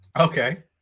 Okay